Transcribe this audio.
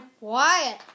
Wyatt